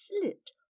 slit